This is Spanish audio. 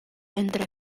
entre